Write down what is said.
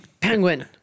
Penguin